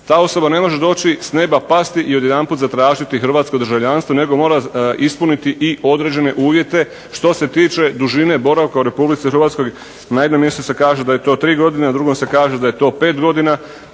ta osoba ne može doći, s neba pasti i odjedanput zatražiti hrvatsko državljanstvo nego mora ispuniti i određene uvjete što se tiče dužine boravka u RH. Na jednom mjestu se kaže da je to tri godine, na drugom se kaže da je to pet godina,